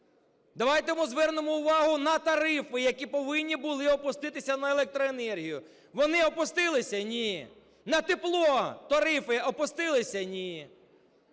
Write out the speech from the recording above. Давайте ми звернемо увагу на тарифи, які повинні були опуститися на електроенергію. Вони опустилися? Ні. На тепло тарифи опустилися? Ні.